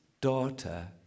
daughter